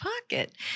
pocket